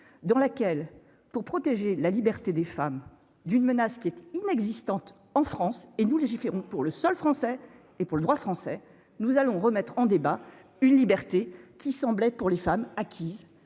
dans laquelle, pour protéger la liberté des femmes d'une menace qui était inexistante en France et nous légiférons pour le sol français et pour le droit français, nous allons remettre en débat une liberté qui semblait pour les femmes qui,